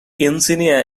insignia